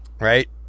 Right